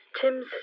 Tim's